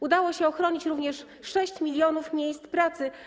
Udało się uchronić również 6 mln miejsc pracy.